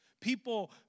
People